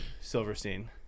Silverstein